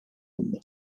alındı